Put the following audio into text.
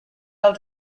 out